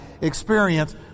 experience